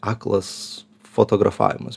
aklas fotografavimas